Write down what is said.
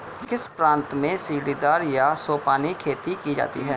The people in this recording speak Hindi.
किस प्रांत में सीढ़ीदार या सोपानी खेती की जाती है?